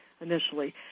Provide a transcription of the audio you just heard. initially